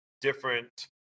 different